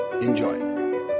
Enjoy